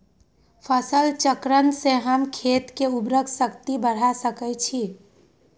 फसल चक्रण से हम खेत के उर्वरक शक्ति बढ़ा सकैछि?